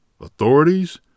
authorities